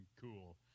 cool